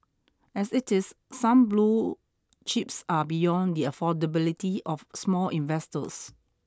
as it is some blue chips are beyond the affordability of small investors